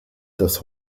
dass